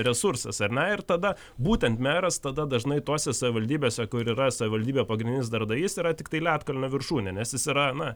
resursas ar ne ir tada būtent meras tada dažnai tose savivaldybėse kur yra savivaldybė pagrindinis darbdavys yra tiktai ledkalnio viršūnė nes jis yra na